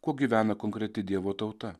kuo gyvena konkreti dievo tauta